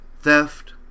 theft